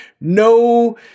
no